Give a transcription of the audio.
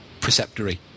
preceptory